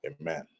amen